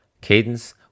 cadence